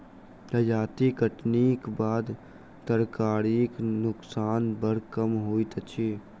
जजाति कटनीक बाद तरकारीक नोकसान बड़ कम होइत अछि